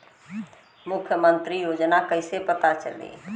मुख्यमंत्री योजना कइसे पता चली?